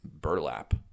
burlap